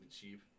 cheap